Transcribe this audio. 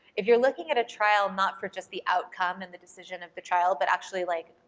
if you're looking at a trial not for just the outcome and the decision of the trial but actually, like,